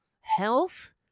health